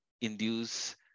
induce